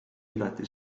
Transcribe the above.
igati